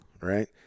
right